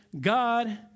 God